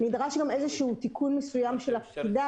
נדרש גם איזשהו תיקון מסוים של הפקודה,